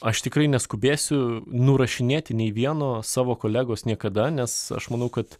aš tikrai neskubėsiu nurašinėti nei vieno savo kolegos niekada nes aš manau kad